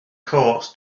courts